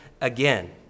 again